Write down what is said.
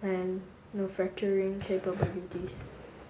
and capabilities